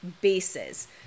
bases